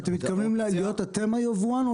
אתם מתכוונים להיות אתם היבואן או